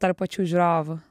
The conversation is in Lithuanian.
tarp pačių žiūrovų